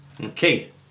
Okay